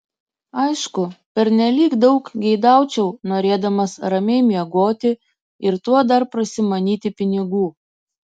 aišku pernelyg daug geidaučiau norėdamas ramiai miegoti ir tuo dar prasimanyti pinigų